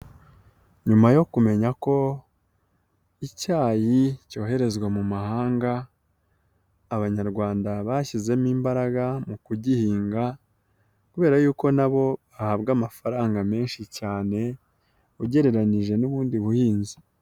Nyuma yo kumenya ko icyayi cyoherezwa mu mahanga Abanyarwanda bashyizemo imbaraga mu kugihinga kubera yuko na bo bahabwa amafaranga menshi cyane ugereranyije n'ubundi buhinzi.